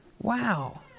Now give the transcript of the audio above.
Wow